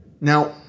Now